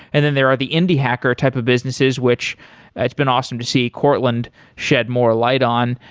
and then there are the indie hacker type of businesses which it's been awesome to see courtland shed more light on.